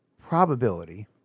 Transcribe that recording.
probability